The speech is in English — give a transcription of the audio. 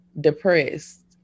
depressed